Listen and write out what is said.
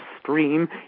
stream